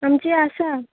आमची आसा